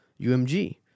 UMG